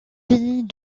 pays